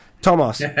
Thomas